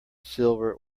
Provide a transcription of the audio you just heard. silver